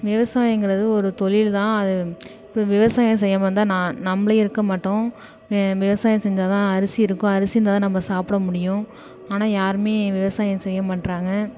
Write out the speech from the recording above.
விவசாயங்கறது ஒரு தொழில் தான் அது இப்போ விவசாயம் செய்யாமல் இருந்தால் நான் நம்பளே இருக்கமாட்டோம் விவசாயம் செஞ்சால்தான் அரிசி இருக்கும் அரிசி இருந்தால்தான் நம்ப சாப்பிட முடியும் ஆனால் யாருமே விவசாயம் செய்யமாட்டுறாங்க